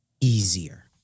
easier